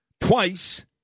twice